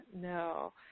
no